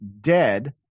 dead